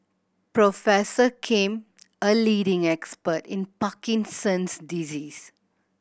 Professor Kim a leading expert in Parkinson's disease